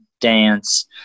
dance